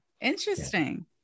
Interesting